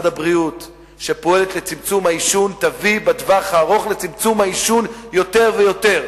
הבריאות לצמצום העישון יביאו בטווח הארוך לצמצום העישון יותר ויותר.